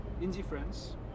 Indifference